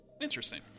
Interesting